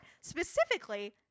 specifically